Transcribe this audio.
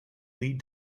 lead